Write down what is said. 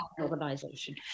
organization